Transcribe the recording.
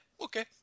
okay